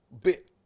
Bit